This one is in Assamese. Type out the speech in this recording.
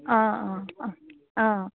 অঁ অঁ অঁ অঁ